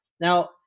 Now